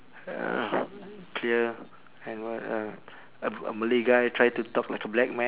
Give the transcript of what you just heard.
uh clear and what uh a a malay guy try to talk like a black man